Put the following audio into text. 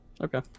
Okay